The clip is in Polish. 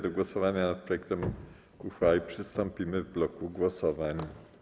Do głosowania nad projektem uchwały przystąpimy w bloku głosowań.